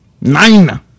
Nine